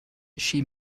she